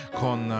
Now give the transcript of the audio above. con